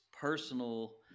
personal